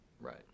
Right